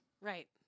Right